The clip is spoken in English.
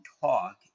talk